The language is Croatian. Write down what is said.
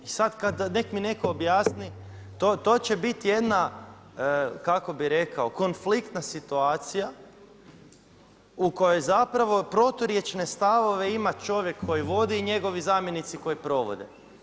I sada neka mi neko objasni, to će biti jedna kako bi rekao, konfliktna situacija u kojoj proturječne stavove ima čovjek koji vodi i njegovi zamjenici koji provode.